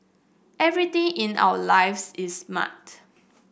everything in our lives is smart